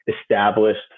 established